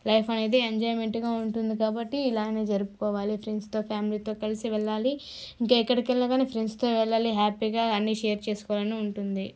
life అనేది ఇంకా ఎంజాయ్మెంట్గా ఉంటుంది కాబట్టి ఇలానే జరుపుకోవాలి ఫ్రెండ్స్తో ఫ్యామిలితో కలిసి వెళ్ళాలి ఇంకా ఎక్కడికెళ్లినా కాని ఫ్రెండ్స్తో వెళ్ళాలి హ్యాపీగా అన్నీషేర్ చేసుకోవాలని ఉంటుంది